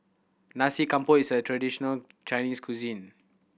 Nasi Campur is a traditional Chinese cuisine